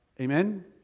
Amen